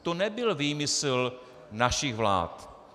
To nebyl výmysl našich vlád.